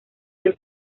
del